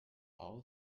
all